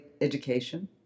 education